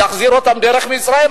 להחזיר אותם דרך מצרים,